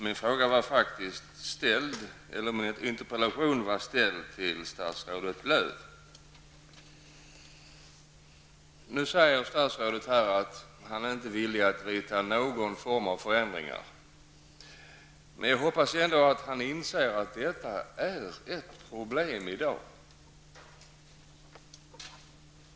Min interpellation var ställd till statsrådet Lööw. Statsrådet sade att han inte är villig att genomföra någon form av förändringar. Jag hoppas ändå att han inser att detta är ett problem i dag.